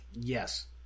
Yes